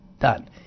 done